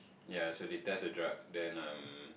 yea so they test the drug then um